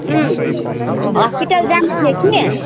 hospital जाँदै थिएँ कि